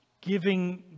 giving